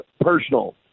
personal